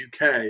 UK